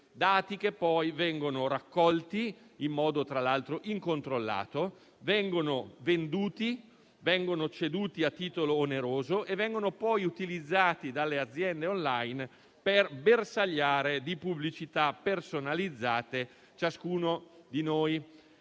dati che poi vengono raccolti (in modo tra l'altro incontrollato), ceduti a titolo oneroso ed utilizzati dalle aziende *online* per bersagliare di pubblicità personalizzate ciascuno di noi.